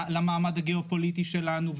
למעמד הגיאופוליטי שלנו,